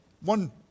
one